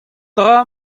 dra